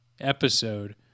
episode